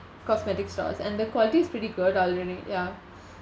cosmetics stores and the quality is pretty good already ya